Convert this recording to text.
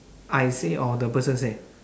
I say or the person say